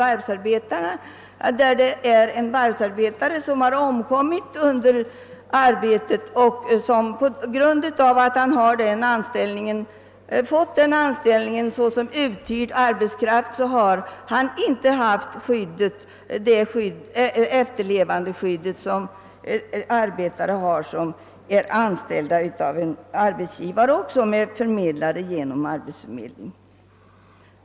Det gällde en varvsarbetare som omkom under ar betet, men som på grund av att han hade fått anställningen såsom uthyrd arbetskraft inte hade det efterlevandeskydd som tillförsäkrats de arbetare som är anställda av en arbetsgivare genom arbetsförmedlingens medverkan.